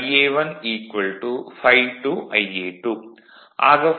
இது ஈக்குவேஷன் 4